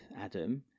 Adam